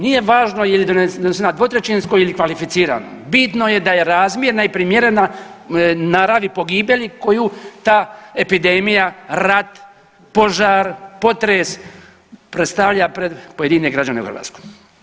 Nije važno je li dvotrećinskom ili kvalificiranom, bitno je da je razmjera i primjerena naravi pogibelji koju ta epidemija, rat, požar, potres predstavlja pred pojedine građane u Hrvatskoj.